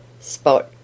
Spot